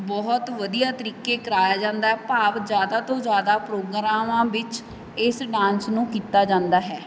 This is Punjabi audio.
ਬਹੁਤ ਵਧੀਆ ਤਰੀਕੇ ਕਰਵਾਇਆ ਜਾਂਦਾ ਹੈ ਭਾਵ ਜ਼ਿਆਦਾ ਤੋਂ ਜ਼ਿਆਦਾ ਪ੍ਰੋਗਰਾਮਾਂ ਵਿੱਚ ਇਸ ਡਾਂਸ ਨੂੰ ਕੀਤਾ ਜਾਂਦਾ ਹੈ